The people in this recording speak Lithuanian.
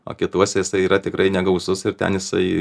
o kituose jisai yra tikrai negausus ir ten jisai